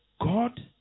God